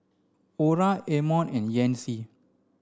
Orah Amon and Yancy